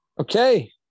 Okay